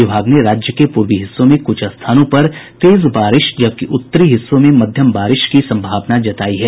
विभाग ने राज्य के पूर्वी हिस्सों में कुछ स्थानों पर तेज बारिश जबकि उत्तरी हिस्सों में मध्यम बारिश की संभावना जतायी है